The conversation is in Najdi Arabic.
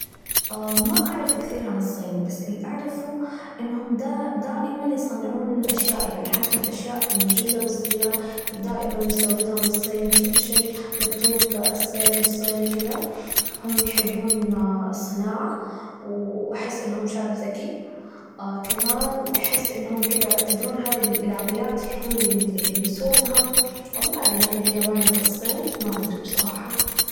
ما أعرف كثير عن الصين، بس اللي أعرفه إنهم داء دائمًا يصنعون أشياء، يعني حتى الأشياء اللي جدًا صغيرة دائمًا نستوردها من الصين، كل شيء مكتوب الصين، الصين كده، هم يحبون الصناعة، وأحس إنهم شعب ذكي، كمان أحس إنهم كده تدرون، هذي العبايات اللي هم يل يلبسونها، وما أدري، هذي في اليابان ولا الصين، ما أدري بصراحة.